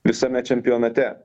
visame čempionate